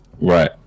Right